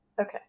Okay